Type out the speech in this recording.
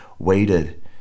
waited